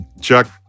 Chuck